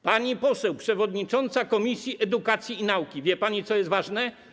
Pani poseł, przewodnicząca Komisji Edukacji i Nauki, wie pani, co jest ważne?